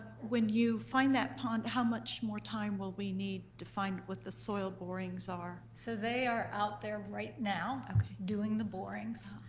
when you find that pond, how much more time will we need to find what the soil borings are? so they are out there right now doing the borings.